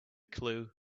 clue